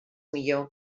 millor